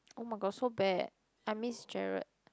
oh-my-god so bad I miss Gerald